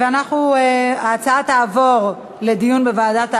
ההצעה תעבור לדיון בוועדת העבודה,